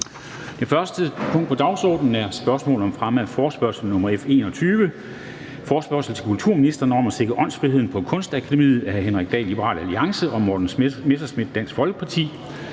Det første punkt på dagsordenen er: 1) Spørgsmål om fremme af forespørgsel nr. F 21: Forespørgsel til kulturministeren om at sikre åndsfriheden på Kunstakademiet. Af Henrik Dahl (LA) og Morten Messerschmidt (DF).